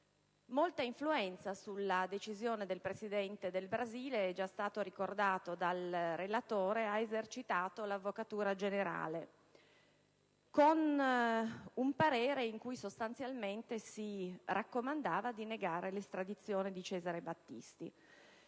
relatore, sulla decisione del Presidente del Brasile molta influenza ha esercitato l'Avvocatura generale, con un parere in cui sostanzialmente si raccomandava di negare l'estradizione di Cesare Battisti.